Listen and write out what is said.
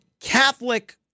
Catholic